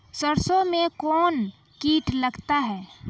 सरसों मे कौन कीट लगता हैं?